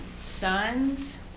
sons